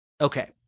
okay